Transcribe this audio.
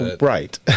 right